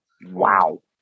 Wow